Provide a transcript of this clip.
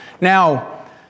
Now